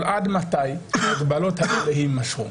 אבל עד מתי ההגבלות האלה יימשכו?